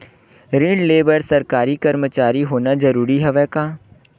ऋण ले बर सरकारी कर्मचारी होना जरूरी हवय का?